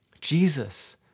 Jesus